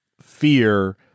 fear